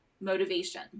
motivation